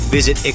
Visit